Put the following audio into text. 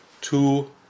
two